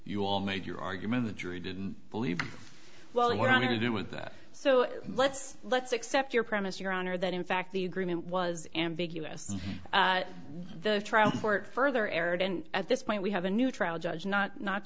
you will make your argument the jury didn't believe well we're going to do with that so let's let's accept your premise your honor that in fact the agreement was ambiguous but the trial court further erred and at this point we have a new trial judge not not